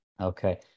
Okay